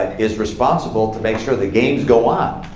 and is responsible to make sure the games go on.